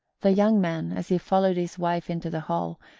the young man, as he followed his wife into the hall,